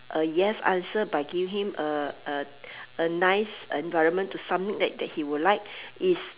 a yes answer by giving him a a a nice environment to something that that he would like is